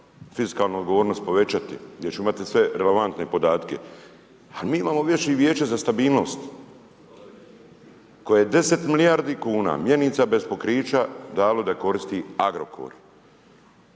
fiskalnu odgovornost povećati gdje ćemo imati sve relevantne podatke. Ali mi imamo već i Vijeće za stabilnost koje je 10 milijardi kuna mjenica bez pokrića dalo da koristi Agrokor.